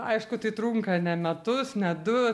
aišku tai trunka ne metus ne du